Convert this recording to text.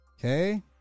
Okay